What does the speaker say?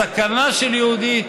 הסכנה של יהודי,